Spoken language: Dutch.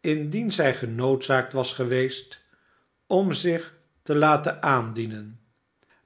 indien zij genoodzaakt was geweest om zich te laten aandienen